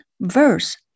verse